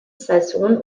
saison